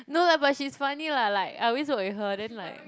no lah but she's funny lah like I always work with her then like